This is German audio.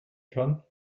kann